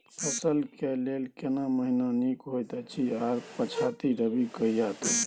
रबी फसल के लेल केना महीना नीक होयत अछि आर पछाति रबी कहिया तक?